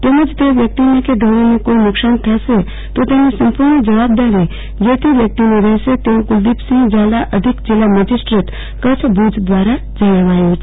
તેમજ તે વ્યકિતને કે ઢોરોને કોઇ નુકશાન થશે તો તેની સંપૂર્ણ જવાબદારી જે તે વ્યકિતની રહેશે તેવું કુલદીપસિંફ ઝાલા અધિક જિલ્લા મેજીસ્ટ્રેટ કચ્છ ભુજ દ્વારા જણાવાયું છે